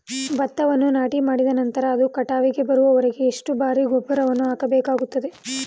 ಭತ್ತವನ್ನು ನಾಟಿಮಾಡಿದ ನಂತರ ಅದು ಕಟಾವಿಗೆ ಬರುವವರೆಗೆ ಎಷ್ಟು ಬಾರಿ ಗೊಬ್ಬರವನ್ನು ಹಾಕಬೇಕಾಗುತ್ತದೆ?